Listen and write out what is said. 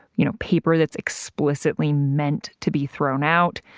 you know, paper that's explicitly meant to be thrown out,